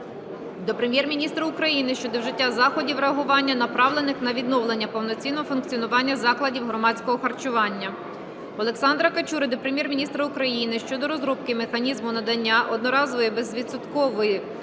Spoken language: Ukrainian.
до Прем'єр-міністра України щодо вжиття заходів реагування направлених на відновлення повноцінного функціонування закладів громадського харчування. Олександра Качури до Прем'єр-міністра України щодо розробки механізму надання одноразової безвідсоткової